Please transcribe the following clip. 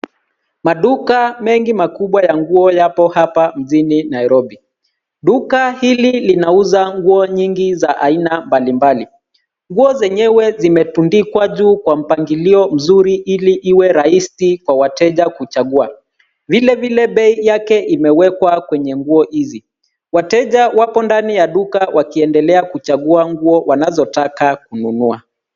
Maduka haya makubwa yapo hapa mjini Nairobi. Duka hili unauza nguo nyingi za aina mbalimbali. Nguo zenyewe zimetundikwa juu kwa mpangilio mzuri ili iwe rahisi kwa wateja kuchagua. Vilevile bei yake imewekwa kwenye nguo hizi. Wateja wapo ndani ya duka wakiendelea kuchagua nguo wanazotaka kununua.